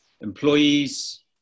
Employees